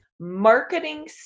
Marketing